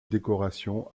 décoration